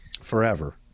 forever